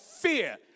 fear